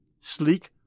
sleek